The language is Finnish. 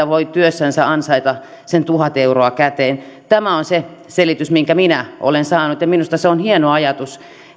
voi työssänsä ansaita sen tuhat euroa käteen tämä on se selitys minkä minä olen saanut ja minusta se on hieno ajatus